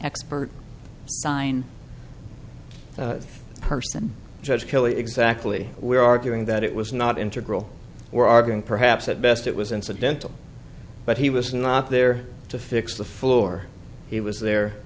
expert sign person judge kelly exactly we're arguing that it was not integral we're arguing perhaps at best it was incidental but he was not there to fix the floor he was there